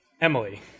Emily